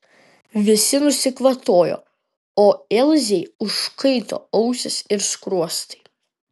visi nusikvatojo o ilzei užkaito ausys ir skruostai